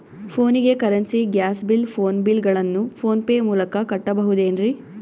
ಫೋನಿಗೆ currency, gas bill, phone bill ಗಳನ್ನು PhonePe ಮೂಲಕ ಕಟ್ಟಬಹುದೇನ್ರಿ?